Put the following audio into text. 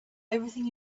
everything